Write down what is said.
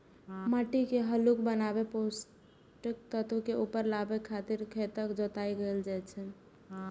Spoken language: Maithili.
माटि के हल्लुक बनाबै, पोषक तत्व के ऊपर लाबै खातिर खेतक जोताइ कैल जाइ छै